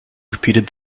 repeated